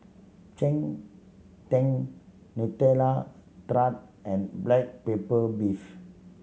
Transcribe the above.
cheng tng Nutella Tart and black pepper beef